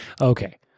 okay